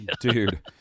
dude